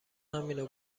همینو